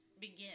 begin